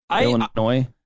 Illinois